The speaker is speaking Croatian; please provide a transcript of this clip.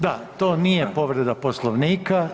Da, to nije povreda Poslovnika.